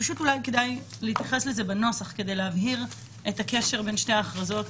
אולי כדאי להתייחס לזה בנוסח כדי להבהיר את הקשר בין שתי ההכרזות.